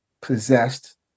possessed